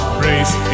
praise